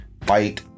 fight